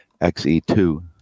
XE2